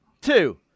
Two